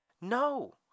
No